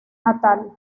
natal